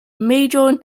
major